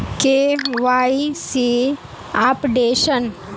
KYC updation?